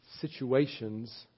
situations